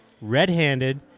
red-handed